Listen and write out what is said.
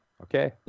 Okay